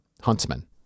huntsman